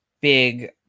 big